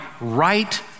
right